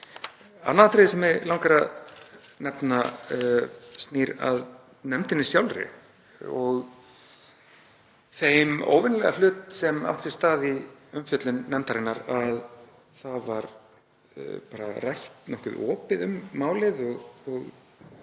Annað atriði sem mig langar að nefna snýr að nefndinni sjálfri og þeim óvenjulega hlut sem átti sér stað í umfjöllun nefndarinnar, þ.e. að það var rætt nokkuð opið um málið og